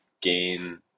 gain